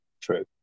True